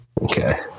okay